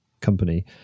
company